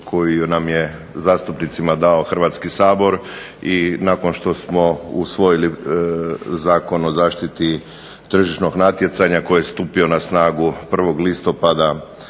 koju nam je zastupnicima dao Hrvatski sabor i nakon što smo usvojili Zakon o zaštiti tržišnog natjecanja koji je stupio na snagu 1. listopada